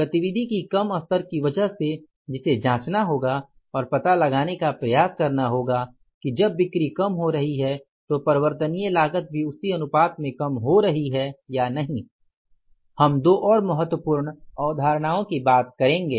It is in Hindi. गतिविधि की कम स्तर की वजह से जिसे जाँचना होगा और पता लगाने का प्रयास करना होगा कि जब बिक्री कम हो रही है तो परिवर्तनीय लागत भी उस अनुपात में कम हो रही है या नहीं अब हम दो और महत्वपूर्ण अवधारणाएँ की बात करेंगे